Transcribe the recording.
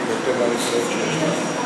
בהתאם לניסיון שיש לנו.